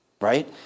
right